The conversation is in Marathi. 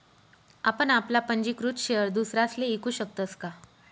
आपण आपला पंजीकृत शेयर दुसरासले ईकू शकतस का?